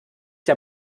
der